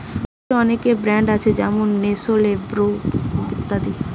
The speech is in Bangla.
কফির অনেক ব্র্যান্ড আছে যেমন নেসলে, ব্রু ইত্যাদি